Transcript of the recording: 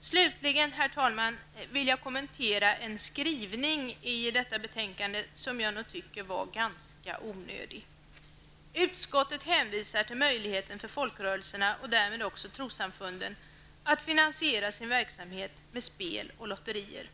Slutligen, herr talman, vill jag kommentera en skrivning i detta betänkande som jag nog tycker var ganska onödig. Utskottet hänvisar till möjligheten för folkrörelserna och därmed också trossamfunden att finansiera sin verksamhet med spel och lotterier.